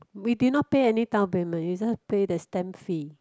we did not pay any downpayment we just pay the stamp fee